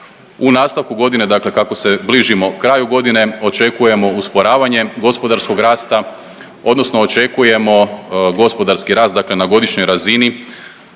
U nastavku godine dakle kako se bližimo kraju godine očekujemo usporavanje gospodarskog rasta odnosno očekujemo gospodarski rast dakle na godišnjoj razini